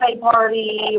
party